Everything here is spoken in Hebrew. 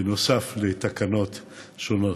בנוסף לתקנות שונות.